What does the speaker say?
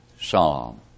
Psalm